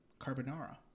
carbonara